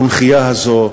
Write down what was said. הקונכייה הזאת,